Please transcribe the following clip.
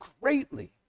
greatly